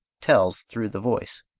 tells through the voice.